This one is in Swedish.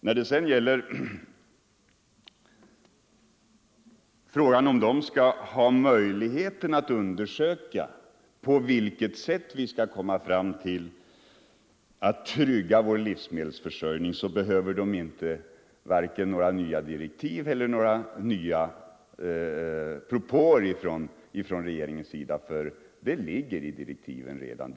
När det sedan gäller frågan huruvida jordbruksutredningen skall ges möjlighet att undersöka på vilket sätt vi skall komma fram till att trygga vår livsmedelsförsörjning, vill jag säga att här behövs varken nya direktiv eller några nya propåer från regeringens sida, för detta ligger i direktiven.